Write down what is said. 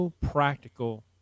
practical